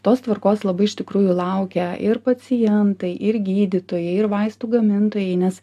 tos tvarkos labai iš tikrųjų laukia ir pacientai ir gydytojai ir vaistų gamintojai nes